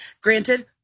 Granted